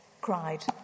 cried